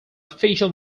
official